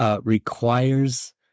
requires